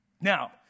Now